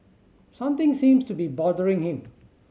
something seems to be bothering him